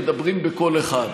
מדברים בקול אחד.